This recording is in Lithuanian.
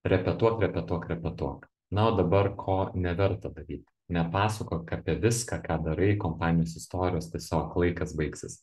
repetuok repetuok repetuok na o dabar ko neverta daryti nepasakok apie viską ką darai kompanijos istorijos tiesiog laikas baigsis